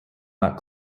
not